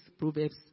Proverbs